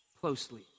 closely